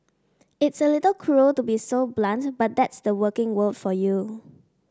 it's a little cruel to be so blunt but that's the working world for you